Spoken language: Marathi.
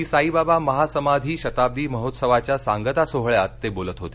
श्री साईबाबा महासमाधी शताब्दी महोत्सवाच्या सांगता सोहळ्यात ते बोलत होते